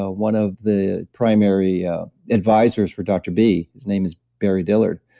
ah one of the primary ah advisors for dr. b. his name is barry dillard,